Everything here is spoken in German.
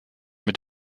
mit